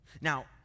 Now